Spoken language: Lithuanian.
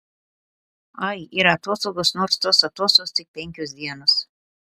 ai ir atostogos nors tos atostogos tik penkios dienos